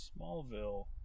Smallville